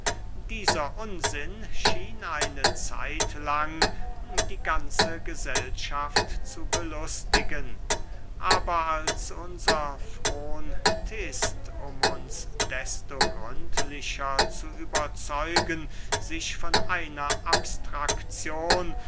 dieser unsinn schien eine zeit lang die ganze gesellschaft zu belustigen aber als unser frontist um uns desto gründlicher zu überzeugen sich von einer abstrakzion